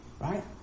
Right